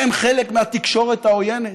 הם חלק מהתקשורת העוינת?